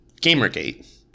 Gamergate